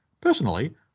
Personally